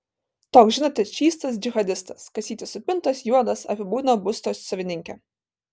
toks žinote čystas džihadistas kasytės supintos juodas apibūdino būsto savininkė